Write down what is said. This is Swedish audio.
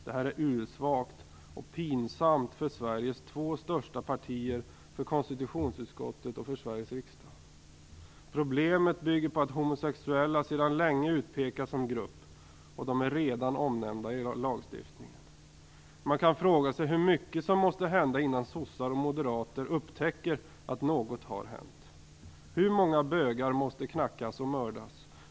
Detta är ursvagt och pinsamt för Sveriges två största partier, för konstitutionsutskottet och för Sveriges riksdag. Problemet bygger på att homosexuella sedan länge utpekas som en grupp. De är redan omnämnda i lagstiftningen. Man kan fråga sig: Hur mycket måste hända innan sossar och moderater upptäcker att något har hänt? Hur många bögar måste knackas och mördas?